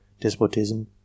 despotism